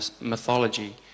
mythology